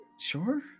Sure